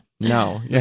No